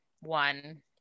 one